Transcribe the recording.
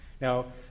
Now